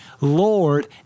Lord